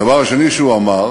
הדבר השני שהוא אמר